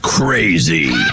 crazy